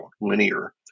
linear